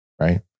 right